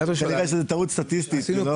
עיריית ירושלים זו טעות סטטיסטית.